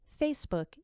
Facebook